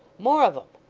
more of em!